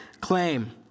claim